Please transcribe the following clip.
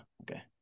okay